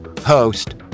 host